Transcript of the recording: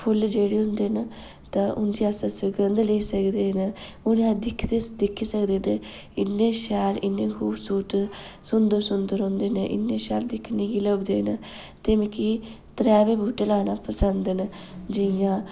फुल्ल जेह्ड़े होंदे न तां उंदे अस सुगंध लेई सकदे न उ'नेंगी अस दिक्खी दिक्खी सकदे न इन्ने शैल इन्ने खूबसूरत ते सुंदर सुंदर होंदे न इन्ने शैल दिक्खने गी लभदे न ते मिगी त्रैवे बूह्टे लाना पसंद न जियां